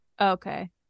okay